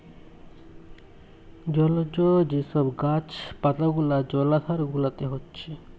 জলজ যে সব গাছ পালা গুলা জলাধার গুলাতে হচ্ছে